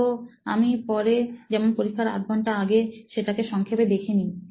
তো আমি পরে যেমন পরীক্ষার আধঘন্টা আগে সেটাকে সংক্ষেপে দেখে নিই